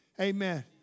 Amen